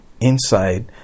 inside